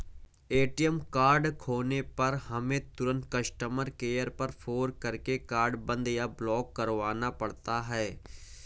ATM card खोने पर हमें तुरंत कस्टमर केयर पर फ़ोन करके कार्ड बंद या ब्लॉक करवाना पड़ता है